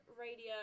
Radio